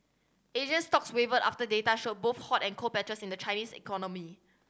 Asian stocks wavered after data showed both hot and cold patches in the Chinese economy